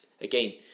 again